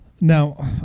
Now